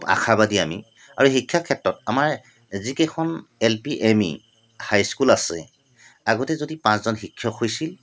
আশাবাদী আমি আৰু শিক্ষা ক্ষেত্ৰত আমাৰ যিকেইখন L P M E high school আছে আগতে যদি পাঁচজন শিক্ষক হৈছিল